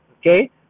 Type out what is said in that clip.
Okay